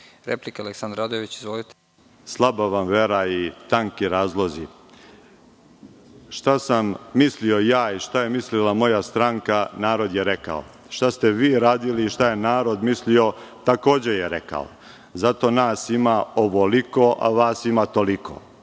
**Aleksandar Radojević** Slaba vam vera i tanki razlozi. Šta sam mislio ja i šta je mislila moja stranka, narod je rekao. Šta ste vi radili i šta je narod mislio, takođe je rekao. Zato nas ima ovoliko, a vas ima toliko.